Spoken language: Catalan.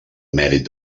emèrit